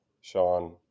Sean